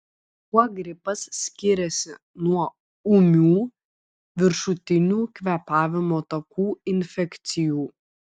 kuo gripas skiriasi nuo ūmių viršutinių kvėpavimo takų infekcijų